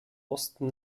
osten